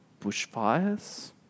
bushfires